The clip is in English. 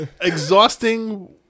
exhausting